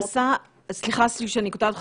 סליחה שאני קוטעת אותך,